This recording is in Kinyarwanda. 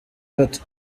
gato